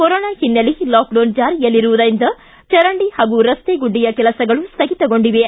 corona ಹಿನ್ನೆಲೆ lockdown ಜಾರಿಯಲ್ಲಿರುವುದರಿಂದ ಚರಂಡಿ ಹಾಗೂ ರಸ್ತೆ ಗುಂಡಿಯ ಕೆಲಸಗಳು ಸ್ವಗಿತಗೊಂಡಿವೆ